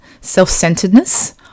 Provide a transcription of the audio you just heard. self-centeredness